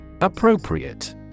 appropriate